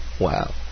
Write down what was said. Wow